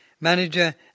Manager